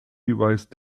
device